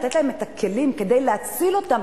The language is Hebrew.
לתת להם את הכלים כדי להציל אותם,